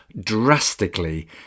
drastically